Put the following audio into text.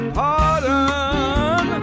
pardon